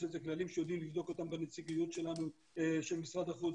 יש לזה כללים שיודעים לבדוק אותם בנציגויות של משרד החוץ